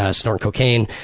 ah snorting cocaine,